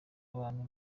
abantu